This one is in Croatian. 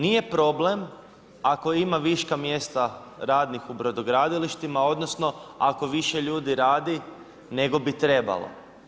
Nije problem ako ima viška mjesta radnih u brodogradilištima, odnosno ako više ljudi radi nego bi trebalo.